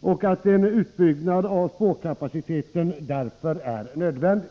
och att en utbyggnad av spårkapaciteten därför är nödvändig.